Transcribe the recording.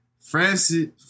Francis